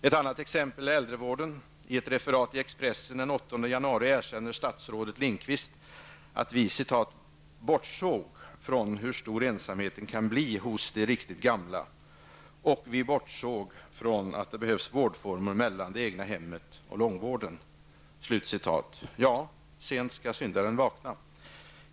Ett annat exempel är äldrevården. I ett referat i Lindqvist att ''vi bortsåg från hur stor ensamheten kan bli hos de riktigt gamla'', och att ''vi bortsåg från att det behövs vårdformer mellan det egna hemmet och långvården''. Ja, sent skall syndaren vakna.